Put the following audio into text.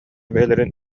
бэйэлэрин